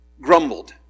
grumbled